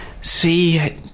see